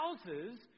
houses